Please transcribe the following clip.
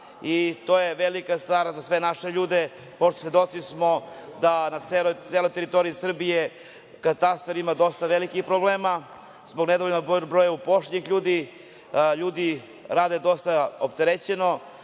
i to je velika stvar za sve naše ljude. Svedoci smo da na celoj teritoriji Srbije katastar ima dosta velikih problema zbog nedovoljnog broja zaposlenih ljudi. Ljudi rade dosta opterećeno,